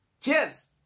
Cheers